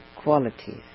qualities